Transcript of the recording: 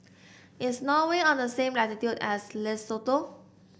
is Norway on the same latitude as Lesotho